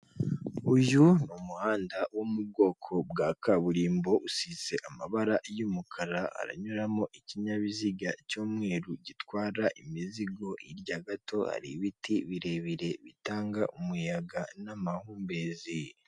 Uyu umuhanda wo mu bwoko bwa kaburimbo usize amabara y'umukara aranyuramo ikinyabiziga cy'umweru gitwara imizigo irya gato hari ibiti birebire bitanga umuyaga n'amahumbezi.